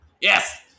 Yes